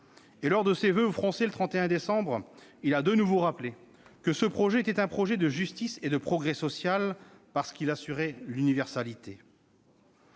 Et lors de ses voeux aux Français, le 31 décembre, il a de nouveau rappelé que ce projet était un projet de justice et de progrès social, parce qu'il assurait l'universalité.